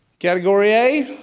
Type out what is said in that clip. category a,